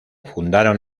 fundaron